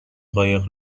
قایق